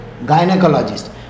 gynecologist